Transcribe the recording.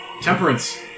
Temperance